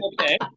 Okay